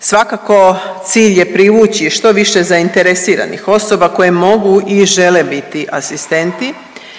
Svakako cilj je privući što više zainteresiranih osoba koje mogu i žele biti asistenti,